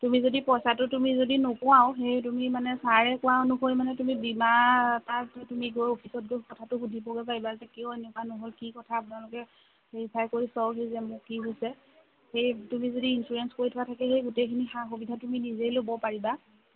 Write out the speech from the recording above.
তুমি যদি পইচাটো তুমি যদি নোপোৱাও সেই তুমি ছাৰে কোৱা অনুসৰি মানে তুমি বীমা এটাত গৈ তুমি কথাটো সুধিবগৈ পাৰিবা মানে কিয় এনেকুৱানো হ'ল কি কথা আপোনালোকে ভেৰিফাই কৰি চাওকহি যে মোৰ কি হৈছে সেই তুমি যদি ইনচুৰেঞ্চ কৰি থোৱা থাকে সেই গোটেইখিনি সা সুবিধা তুমি নিজেই ল'ব পাৰিবা